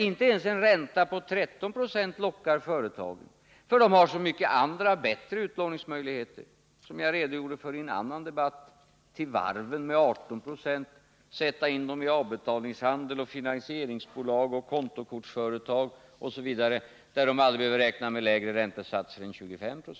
Inte ens en ränta på 13 20 lockar alltså företagen, för de har så många andra bättre utlåningsmöjligheter, som jag redogjorde för i en annan debatt: till varven med 18 Ze, att sätta in dem i avbetalningshandeln, finansieringsbolag, kontokortsföretag osv., där de aldrig behöver räkna med lägre räntesats än 25 Ro.